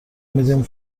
میدیم